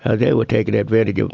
ah they were taken advantage of,